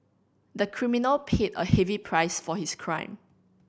the criminal paid a heavy price for his crime